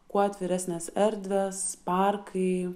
kuo atviresnės erdvės parkai